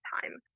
time